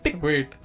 Wait